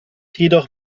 jedoch